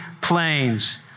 planes